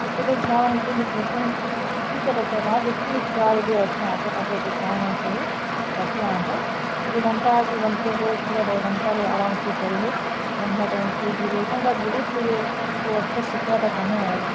ସେଥିର୍ ଲାଗି ଛୁଆମାନଙ୍କୁ ମୁଁ କହିସିଂ ଦୁଇଚାର୍ଟା ଛୁଆ ଯାହାଭି ଯଦି ଅଛନ୍ ଆଖ ପାଖ ତୋର ସାଙ୍ଗମାନେ ସବୁ ଡାକି ଆଣ୍ ବ ଦିଘଣ୍ଟା କି ଘଣ୍ଟେ ହଉ କିମ୍ବା ଦେଢ଼ଘଣ୍ଟା ଆରାମସେ ପଢ଼ିବେ ସନ୍ଧ୍ୟାଟାଇମ୍କେ ଯିବେ ଯେନଟା ବୁଲୁଥିବେ ଦୁଇଅକ୍ଷର ଶିଖବା ତା କାହୁଁ ହେଲା